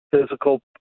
physical